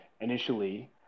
initially